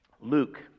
Luke